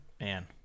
Man